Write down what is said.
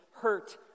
hurt